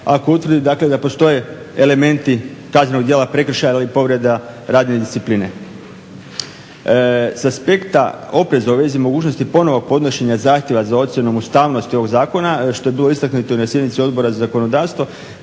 ako utvrdi dakle da postoje elementi kaznenog djela prekršaja ili povreda radne discipline. Sa aspekta opreza u vezi mogućnosti ponovnog podnošenja zahtjeva za ocjenom ustavnosti ovog zakona što je bilo istaknuto i na sjednici Odbora za zakonodavstvo